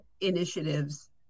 initiatives